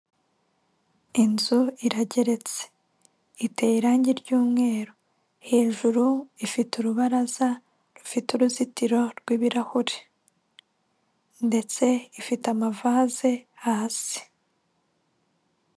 Inzu irageretse, iteye irangi ry'umweru hejuru ifite urubaraza rufite uruzitiro rw'ibirahure ndetse ifite amavase hasi.